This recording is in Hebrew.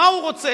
מה הוא רוצה?